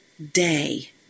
day